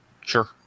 Sure